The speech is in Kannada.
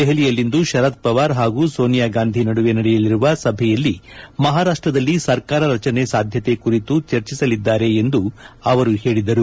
ದೆಹಲಿಯಲ್ಲಿಂದು ಶರದ್ ಪವಾರ್ ಹಾಗೂ ಸೋನಿಯಾ ಗಾಂಧಿ ಅವರ ನಡುವೆ ನಡೆಯಲಿರುವ ಸಭೆಯಲ್ಲಿ ಮಹಾರಾಷದಲ್ಲಿ ಸರ್ಕಾರ ರಚನೆ ಸಾಧ್ಯತೆ ಕುರಿತು ಚರ್ಚಿಸಲಿದ್ದಾರೆ ಎಂದು ಅವರು ಹೇಳಿದರು